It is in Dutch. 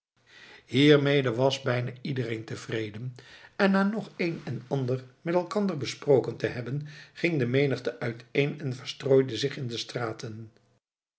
hiermede was bijna iedereen tevreden en na nog een en ander met elkander besproken te hebben ging de menigte uiteen en verstrooide zich in de straten